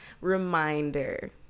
reminder